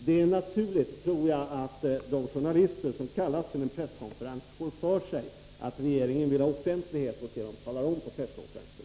Det är naturligt att de journalister som kallas till en presskonferens får för sig att regeringen vill ha offentlighet åt det den talar om på presskonferensen.